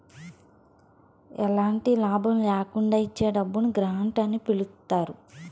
ఎలాంటి లాభం ల్యాకుండా ఇచ్చే డబ్బును గ్రాంట్ అని పిలుత్తారు